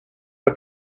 for